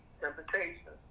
temptation